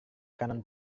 kanan